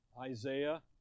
Isaiah